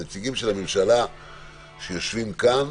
נציגי הממשלה שיושבים כאן